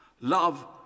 Love